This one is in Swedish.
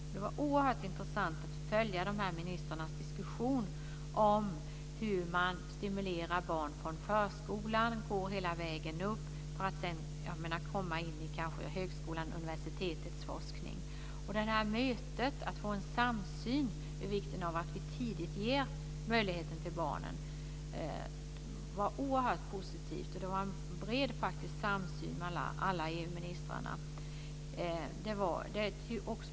Det var oerhört intressant att följa ministrarnas diskussion om hur man stimulerar barn från förskolan och hela vägen upp för att sedan kanske komma in i högskolans eller universitetets forskning. Att vi vid mötet uppnådde en samsyn om vikten av att tidigt ge denna möjlighet till barnen är oerhört positivt. Det var faktiskt en bred samsyn mellan alla EU-ministrarna.